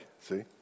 see